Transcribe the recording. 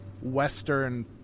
Western